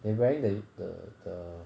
they wearing the the the